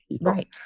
Right